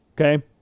Okay